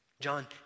John